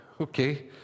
okay